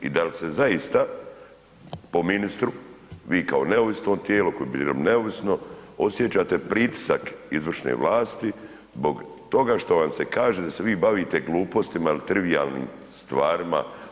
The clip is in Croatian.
I dali se zaista po ministru vi kao neovisnom tijelu, koji bi trebalo biti neovisno, osjećate pritisak izvršne vlasti zbog toga što vam se kaže da se vi bavite glupostima ili trivijalnim stvarima?